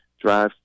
drive